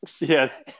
Yes